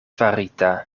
farita